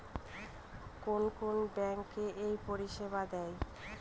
কোন কোন ব্যাঙ্ক এই পরিষেবা দেয়?